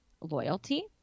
loyalty